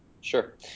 Sure